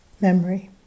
memory